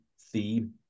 theme